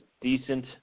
decent